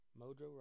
Mojo